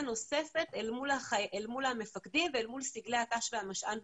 נוספת אל מול המפקדים ואל מול סגלי תנאי השירות ומשאבי